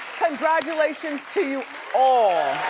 congratulations to you all.